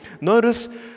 Notice